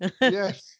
Yes